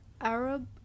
Arab